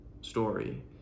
story